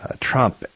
Trump